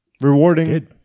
rewarding